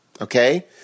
okay